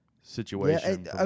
situation